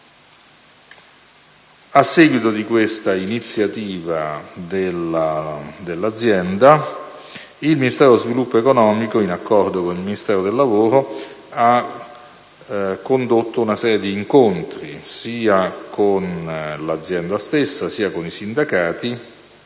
A seguito di questa iniziativa dell'azienda, il Ministero dello sviluppo economico, in accordo con il Ministero del lavoro, ha condotto una serie di incontri sia con l'azienda stessa sia con i sindacati,